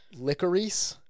Licorice